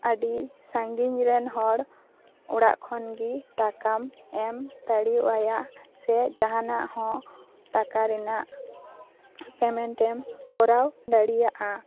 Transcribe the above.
ᱟ ᱰᱤ ᱥᱟ ᱜᱤᱧ ᱨᱮᱱ ᱦᱚᱲ ᱚᱲᱟᱜ ᱠᱷᱚᱱ ᱜᱮ ᱴᱟᱠᱟᱢ ᱮᱢ ᱫᱟᱲᱮᱣ ᱟᱭᱟ ᱥᱮ ᱡᱟᱦᱟᱱᱟᱜ ᱦᱚᱸ ᱴᱟᱠᱟ ᱨᱮᱱᱟᱜ ᱯᱮᱢᱮᱱᱴᱮᱢ ᱠᱚᱨᱟᱣ ᱫᱟᱲᱮᱭᱟᱜᱼᱟ